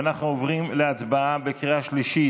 אנחנו עוברים להצבעה בקריאה שלישית.